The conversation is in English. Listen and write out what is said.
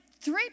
three